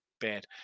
Bad